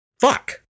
Fuck